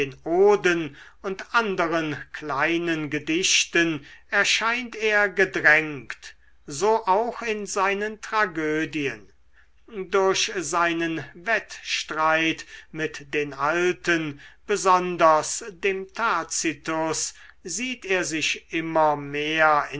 oden und anderen kleinen gedichten erscheint er gedrängt so auch in seinen tragödien durch seinen wettstreit mit den alten besonders dem tacitus sieht er sich immer mehr